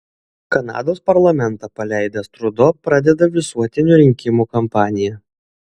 kanados parlamentą paleidęs trudo pradeda visuotinių rinkimų kampaniją